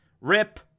Rip